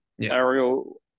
Ariel